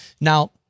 Now